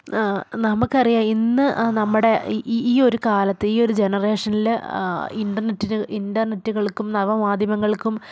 നമുക്കറിയാം ഇന്ന് നമ്മുടെ ഈ ഈ ഈ ഒരു കാലത്ത് ഈ ഒരു ജനറേഷനിൽ ഇൻ്റർനെറ്റിന് ഇൻ്റർനെറ്റുകൾക്കും നവമാധ്യമങ്ങൾക്കും